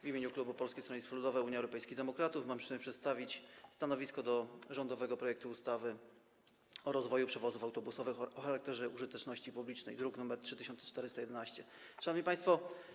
W imieniu klubu Polskiego Stronnictwa Ludowego - Unii Europejskich Demokratów mam przyjemność przedstawić stanowisko wobec rządowego projektu ustawy o Funduszu rozwoju przewozów autobusowych o charakterze użyteczności publicznej, druk nr 3411. Szanowni Państwo!